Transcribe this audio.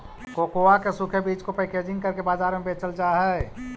cocoa के सूखे बीज को पैकेजिंग करके बाजार में बेचल जा हई